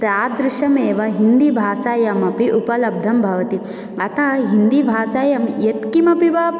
तादृशम् एव हिन्दिभाषायम् अपि उपलब्धं भवति अतः हिन्दीभाषायम् यत् किमपि वा